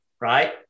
right